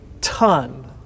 ton